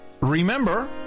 remember